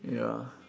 ya